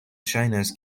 ŝajnas